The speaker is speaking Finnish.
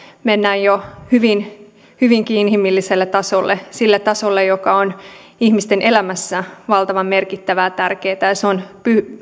mennään jo hyvinkin inhimilliselle tasolle sille tasolle joka on ihmisten elämässä valtavan merkittävää ja tärkeätä ja se on